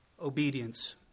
obedience